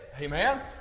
Amen